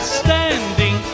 standing